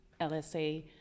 LSA